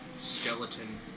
skeleton